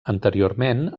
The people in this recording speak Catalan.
anteriorment